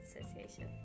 Association